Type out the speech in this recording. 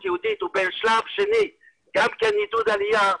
היהודית ובשלב שני גם עידוד עלייה,